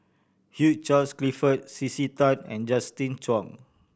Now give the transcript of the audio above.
Hugh Charles Clifford C C Tan and Justin Zhuang